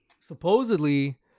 Supposedly